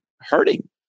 hurting